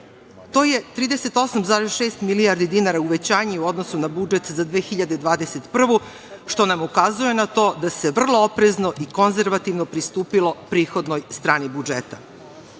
To je 38,6 milijardi dinara uvećanje u odnosu na budžet za 2021. godinu, što nam ukazuje na to da se vrlo oprezno i konzervativno pristupilo prihodnoj strani budžeta.